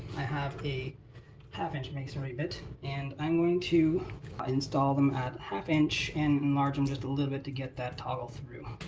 i have a half inch masonry bit and i'm going to install them at half inch and enlarge them just a little bit to get that toggle through.